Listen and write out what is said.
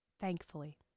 thankfully